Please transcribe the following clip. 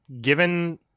given